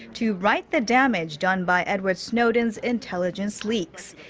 to right the damage done by edward snowden's intelligence leaks.